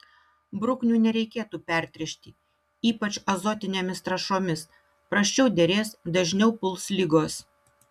bruknių nereikėtų pertręšti ypač azotinėmis trąšomis prasčiau derės dažniau puls ligos